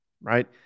right